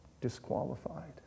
disqualified